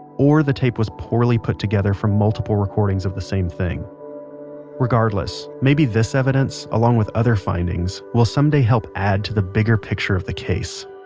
or that the tape was poorly put together from multiple recordings of the same thing regardless, maybe this evidence, along with other findings, will someday help add to the bigger picture of the case